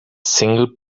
single